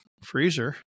freezer